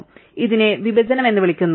അതിനാൽ ഇതിനെ വിഭജനം എന്ന് വിളിക്കുന്നു